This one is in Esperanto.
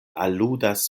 aludas